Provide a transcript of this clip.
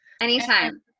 Anytime